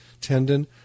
tendon